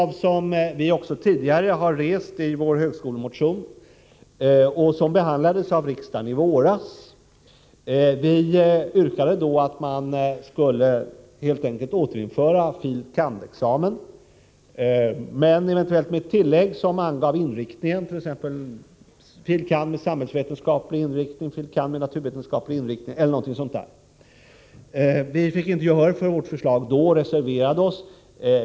Vi reste kravet i vår högskolemotion som behandlades av riksdagen i våras. Vårt yrkande gick ut på att man helt enkelt skulle återinföra begreppet fil. kand.-examen, eventuellt med ett tillägg som angav inriktningen — fil. kand. med samhällsvetenskaplig inriktning, fil. kand. med naturvetenskaplig inriktning eller någonting sådant. Vi fick inte gehör för vårt förslag i utskottet och reserverade oss.